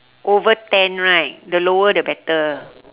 over ten right the lower the better